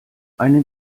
eine